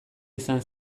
izan